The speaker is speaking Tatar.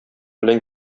белән